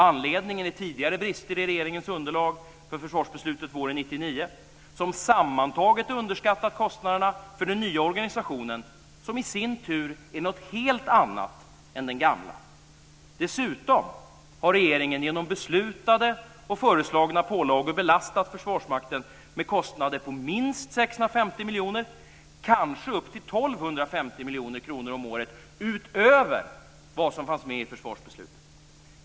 Anledningen är tidigare brister i regeringens underlag för försvarsbeslutet våren 1999 som sammantaget underskattat kostnaderna för den nya organisationen, som i sin tur är något helt annat än den gamla. Dessutom har regeringen genom beslutade och föreslagna pålagor belastat Försvarsmakten med kostnader på minst 650 miljoner kronor - kanske upp till 1 250 miljoner - om året utöver vad som fanns med i försvarsbeslutet.